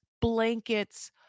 blankets